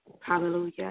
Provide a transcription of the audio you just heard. Hallelujah